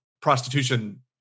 prostitution